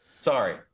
Sorry